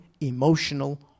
emotional